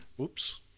Oops